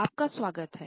आपका स्वागत है